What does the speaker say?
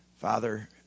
Father